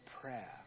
prayer